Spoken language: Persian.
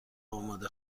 آماده